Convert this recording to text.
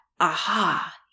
aha